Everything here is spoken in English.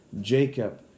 Jacob